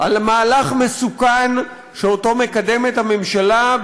על מהלך מסוכן שמקדמת הממשלה,